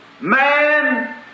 Man